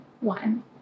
one